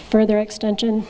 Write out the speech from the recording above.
further extension